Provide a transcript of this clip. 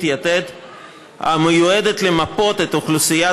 מצליח, גברתי היושבת-ראש.